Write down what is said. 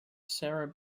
sarah